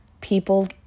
people